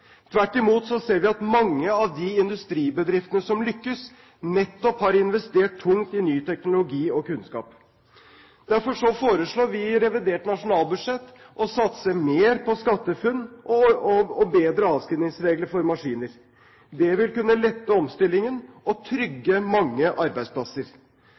Tvert imot ser vi at mange av de industribedriftene som lykkes, nettopp har investert tungt i ny teknologi og kunnskap. Derfor foreslår vi i revidert nasjonalbudsjett å satse mer på SkatteFUNN og bedre avskrivningsregler for maskiner. Det vil kunne lette omstillingen og trygge mange arbeidsplasser.